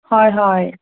হয় হয়